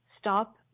stop